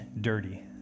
dirty